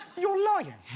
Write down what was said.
you're lying!